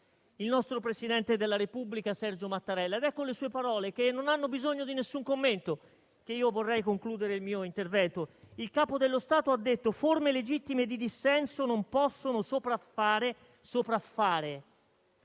il nostro presidente della Repubblica Sergio Mattarella. È con le sue parole, che non hanno bisogno di nessun commento, che vorrei concludere il mio intervento. Il Capo dello Stato ha detto: «Le forme legittime di dissenso non possono mai sopraffare